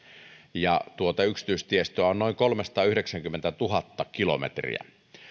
ja tuota yksityistiestöä on noin kolmesataayhdeksänkymmentätuhatta kilometriä